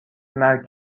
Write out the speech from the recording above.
مرگ